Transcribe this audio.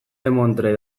demontre